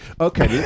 Okay